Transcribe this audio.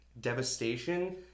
devastation